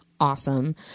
awesome